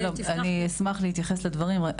אני אשמח להתייחס לדברים,